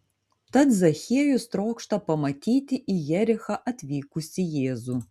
tad zachiejus trokšta pamatyti į jerichą atvykusį jėzų